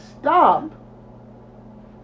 stop